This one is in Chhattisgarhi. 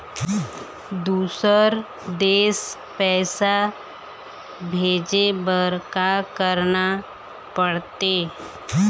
दुसर देश पैसा भेजे बार का करना पड़ते?